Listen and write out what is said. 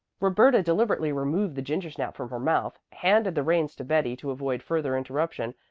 roberta deliberately removed the gingersnap from her mouth, handed the reins to betty to avoid further interruption,